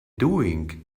doing